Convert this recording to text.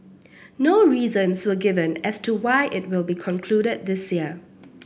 no reasons were given as to why it will be concluded this year